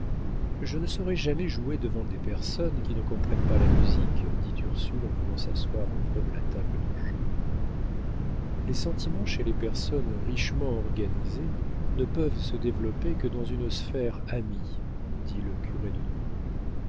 je ne saurai jamais jouer devant des personnes qui ne comprennent pas la musique dit ursule en venant s'asseoir auprès de la table de jeu les sentiments chez les personnes richement organisées ne peuvent se développer que dans une sphère amie dit le curé de